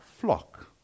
flock